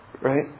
Right